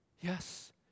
Yes